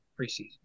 preseason